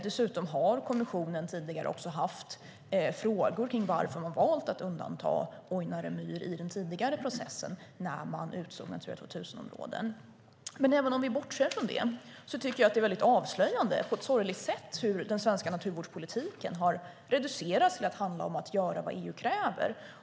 Dessutom har kommissionen tidigare haft frågor kring varför man valde att undanta Ojnare myr i den tidigare processen när man utsåg Natura 2000-områden. Men även om vi bortser från det tycker jag att det är väldigt avslöjande på ett sorgligt sätt hur den svenska naturvårdspolitiken har reducerats till att handla om att göra vad EU kräver.